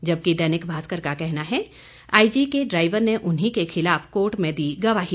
जबकि दैनिक भास्कर का कहना है आईजी के ड्राइवर ने उन्हीं के खिलाफ कोर्ट में दी गवाही